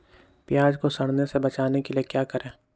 प्याज को सड़ने से बचाने के लिए क्या करें?